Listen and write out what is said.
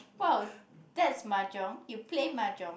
!wow! that's mahjong you play mahjong